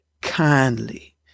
kindly